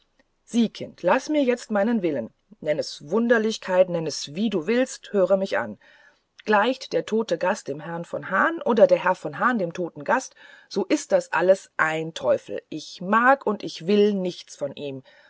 sieh kind laß mir jetzt meinen willen nenn es wunderlichkeit nenn es wie du willst höre mich an gleicht der tote gast dem herrn von hahn oder der herr von hahn dem toten gast so ist das alles ein teufel ich mag und will nichts von ihm